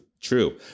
true